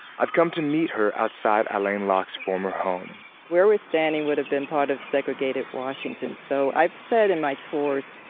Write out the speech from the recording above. i've come to meet her outside alain locke's former home where we're standing would have been part of segregated washington. so i've said in my tours,